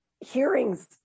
hearings